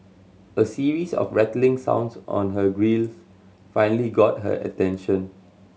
a series of rattling sounds on her grilles finally got her attention